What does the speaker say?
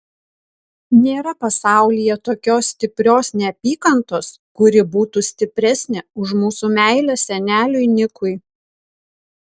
nėra pasaulyje tokios stiprios neapykantos kuri būtų stipresnė už mūsų meilę seneliui nikui